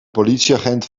politieagent